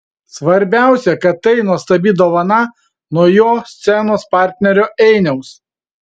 svarbiausia kad tai nuostabi dovana nuo jo scenos partnerio einiaus